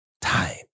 time